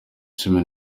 cumi